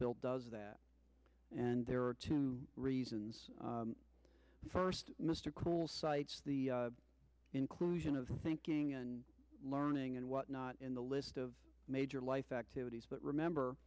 bill does that and there are two reasons first mr cool cites the inclusion of thinking and learning and what not in the list of major life activities but remember